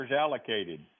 allocated